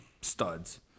studs